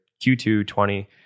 q220